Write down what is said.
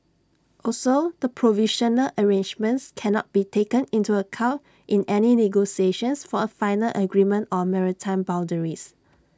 also the provisional arrangements cannot be taken into account in any negotiations for A final agreement on maritime boundaries